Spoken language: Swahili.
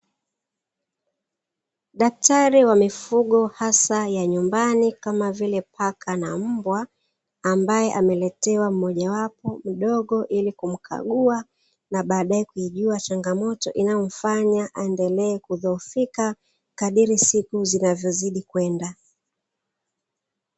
Daktari wa mifugo hasa ya nyumbani, kama vile paka na mbwa; ambaye ameletewa mmojawapo mdogo, ili kumkagua na baadaye kugundua changamoto inayomfanya aendelee kudhoofika kadiri siku zinavyo zidi kwenda.